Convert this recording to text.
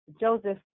Joseph